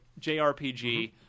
JRPG